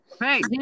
Right